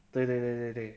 对对对对对